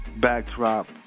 Backdrop